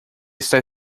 está